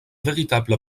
véritable